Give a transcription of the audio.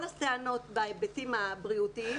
כל הטענות בהיבטים הבריאותיים,